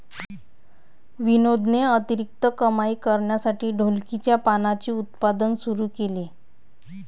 विनोदने अतिरिक्त कमाई करण्यासाठी ढोलकीच्या पानांचे उत्पादन सुरू केले